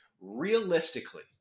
Realistically